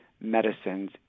medicines